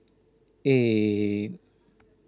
eight